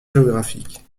géographiques